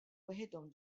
waħedhom